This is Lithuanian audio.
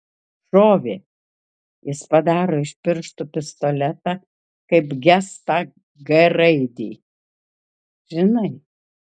šovė jis padaro iš pirštų pistoletą kaip gestą g raidei žinai